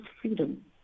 freedom